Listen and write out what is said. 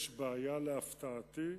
יש בעיה, להפתעתי,